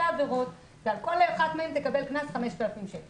עבירות ועל כל אחת מהן יוטל עליך קנס של 5,000 שקלים.